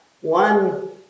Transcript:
one